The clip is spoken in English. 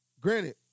Granted